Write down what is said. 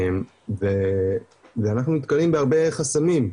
ואנחנו נתקלים בהרבה חסמים,